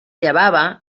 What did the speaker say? llevava